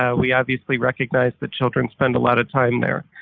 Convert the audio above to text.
ah we obviously recognize that children spend a lot of time there,